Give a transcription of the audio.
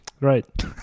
Right